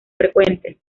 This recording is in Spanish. frecuentes